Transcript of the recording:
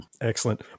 excellent